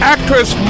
Actress